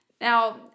Now